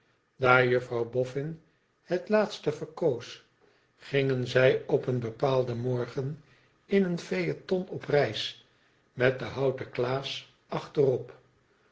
daar juouwboffin het laatste verkoos gingen zij op een bepaalden morgen in een phaëton op reis met den houten klaas achterop